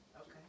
Okay